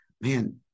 man